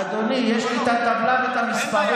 אדוני, יש לי את הטבלה ואת המספרים,